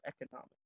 economic